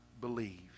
believe